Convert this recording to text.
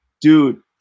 dude